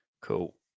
Cool